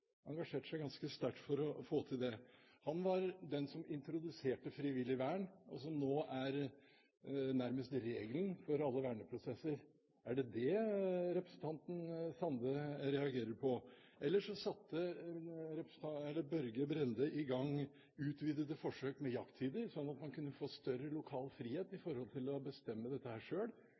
engasjerte seg ganske sterkt for å få til det. Han var den som introduserte frivillig vern, noe som nå nærmest er regelen i alle verneprosesser. Er det det representanten Sande reagerer på? Ellers satte Børge Brende i gang utvidede forsøk med jakttider, slik at man kunne få større lokal frihet med tanke på å bestemme dette